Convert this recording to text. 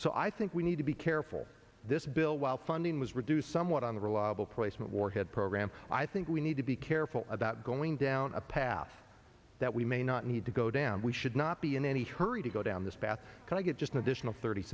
so i think we need to be careful this bill while funding was reduced somewhat on the reliable placement warhead program i think we need to be careful about going down a path that we may not need to go down we should not be in any hurry to go down this path can i get just an additional thirty